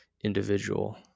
individual